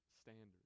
standards